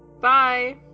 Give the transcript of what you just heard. Bye